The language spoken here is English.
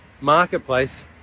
marketplace